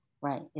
right